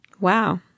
Wow